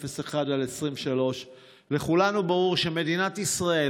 98.10.01.23. לכולנו ברור שמדינת ישראל